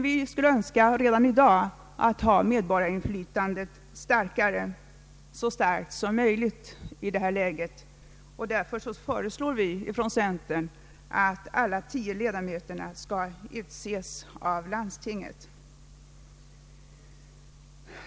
Vi skulle emellertid redan i dag önska ett så starkt medborgarinflytande som möjligt, och därför föreslår vi från centern att alla tio ledamöterna utses av landstinget.